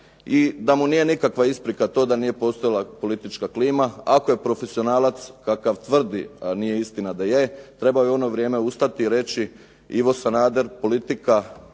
i da mu nije nikakva isprika to da nije postojala politička klima. Ako je profesionalac kakav tvrdi, a nije istina da je, trebao je u ono vrijeme ustati i reći Ivo Sanader, politika,